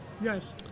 Yes